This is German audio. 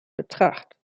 betracht